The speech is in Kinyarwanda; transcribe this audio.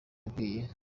yabwiye